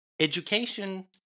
education